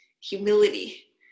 humility